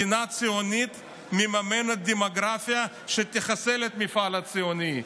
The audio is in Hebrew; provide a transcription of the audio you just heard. מדינה ציונית מממנת דמוגרפיה שתחסל את המפעל הציוני,